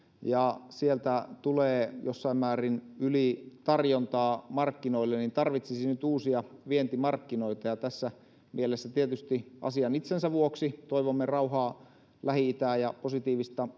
ja sieltä tulee jossain määrin ylitarjontaa markkinoille tarvitsisimme nyt uusia vientimarkkinoita tässä mielessä tietysti asian itsensä vuoksi toivomme rauhaa lähi itään ja positiivista